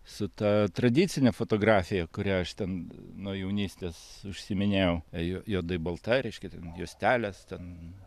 su ta tradicine fotografija kuria aš ten nuo jaunystės užsiiminėjau juo juodai balta reiškia ten juostelės ten